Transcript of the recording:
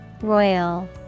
Royal